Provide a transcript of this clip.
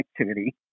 activity